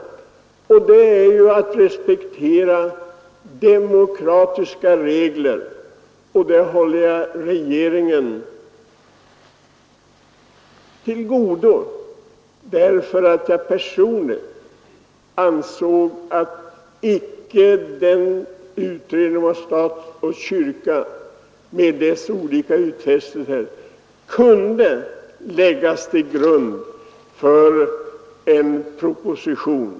Detta ställningstagande är ett utslag av respekt för demokratiska regler, som jag räknar regeringen till godo. Personligen ansåg jag också att stat—kyrka-beredningen med dess olika utfästelser inte kunde läggas till grund för en proposition.